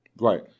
Right